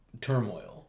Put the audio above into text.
turmoil